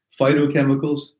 phytochemicals